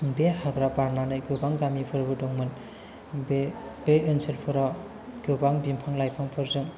बे हाग्रा बारनानै गोबां गामिफोरबो दंमोन बे ओनसोलफोराव गोबां बिफां लाइफांफोरजों